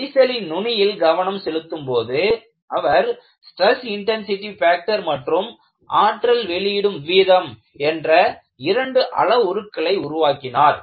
விரிசலின் நுனியில் கவனம் செலுத்தும்போது அவர் ஸ்டிரஸ் இன்டன்சிடி ஃபேக்டர் மற்றும் ஆற்றல் வெளியிடும் வீதம் என்ற இரண்டு அளவுருக்களை உருவாக்கினார்